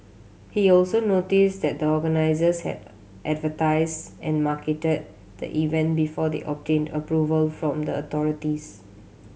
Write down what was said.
he also notes that the organisers had advertise and marketed the event before they obtained approval from the authorities